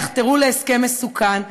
יחתרו להסכם מסוכן,